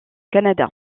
canada